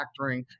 factoring